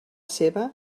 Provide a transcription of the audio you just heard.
seva